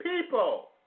people